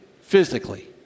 physically